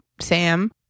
Sam